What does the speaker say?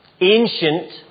ancient